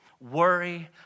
worry